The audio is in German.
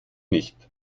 nicht